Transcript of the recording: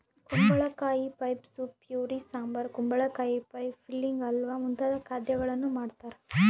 ಕುಂಬಳಕಾಯಿ pie soup puree sambar ಕುಂಬಳಕಾಯಿ pie filling halwa ಮುಂತಾದ ಖಾದ್ಯಗಳನ್ನು ಮಾಡ್ತಾರ